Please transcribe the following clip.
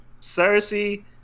Cersei